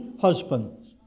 husbands